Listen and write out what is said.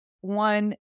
one